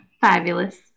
Fabulous